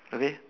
okay